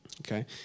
Okay